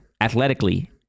athletically